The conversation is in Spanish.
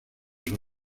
sus